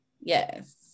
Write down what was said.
yes